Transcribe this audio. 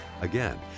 Again